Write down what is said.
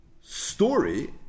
story